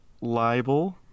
libel